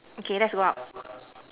okay let's go out